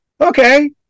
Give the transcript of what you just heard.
okay